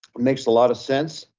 but makes a lot of sense.